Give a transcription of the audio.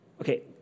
Okay